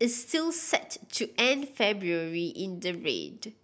is still set to end February in the red